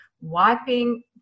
wiping